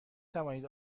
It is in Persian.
توانید